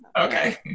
Okay